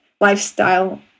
lifestyle